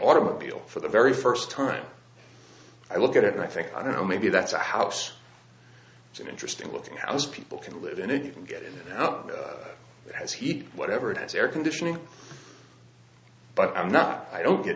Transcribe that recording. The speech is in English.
automobile for the very first time i look at it and i think i don't know maybe that's a house it's an interesting looking house people can live in it you can get out has he whatever it is air conditioning but i'm not i don't get